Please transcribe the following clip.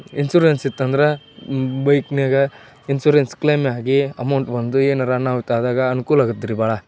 insurance ಇತ್ತಂದ್ರೆ ಬೈಕ್ನ್ಯಾಗ insurance ಕ್ಲೇಮಾಗಿ ಅಮೌಂಟ್ ಬಂದು ಏನಾರೂ ಅನಾಹುತ ಆದಾಗ ಅನುಕೂಲ ಆಗುತ್ರಿ ಭಾಳ